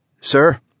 Sir